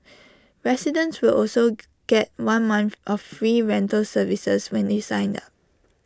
residents will also G get one month of free rental service when they sign up